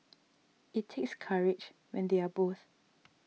it takes courage when they are both